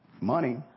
money